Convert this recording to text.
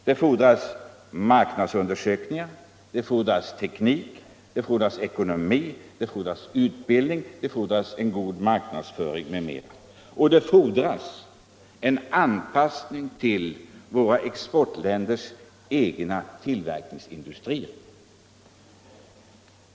Det fordras marknadsundersökningar, teknik, ekonomi, utbildning, en god marknadsföring m.m., och det fordras en anpassning till våra exportländers egna tillverkningsindustrier.